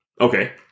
Okay